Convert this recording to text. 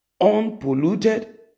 unpolluted